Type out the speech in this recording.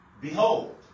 Behold